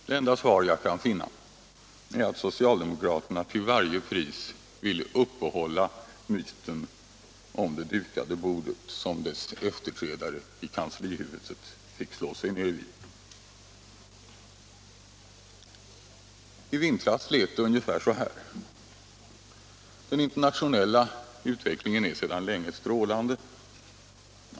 Det enda svar jag kan finna är att socialdemokraterna till varje pris vill uppehålla myten om det dukade bordet, som deras efterträdare i kanslihuset fick slå sig ned vid. I vintras lät det ungefär så här: Den internationella utvecklingen är sedan länge strålande.